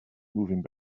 moving